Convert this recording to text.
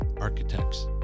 architects